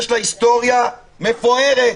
יש לה היסטוריה מפוארת.